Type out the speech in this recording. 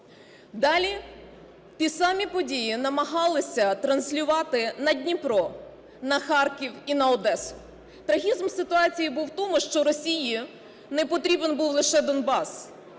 Далі ті самі події намагалися транслювати на Дніпро, на Харків і на Одесу. Трагізм ситуації був в тому, що Росії не потрібен був лише Донбас.